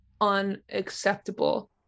unacceptable